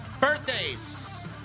Birthdays